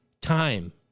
time